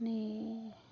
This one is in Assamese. নি